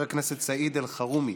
הכנסת סעיד אלחרומי,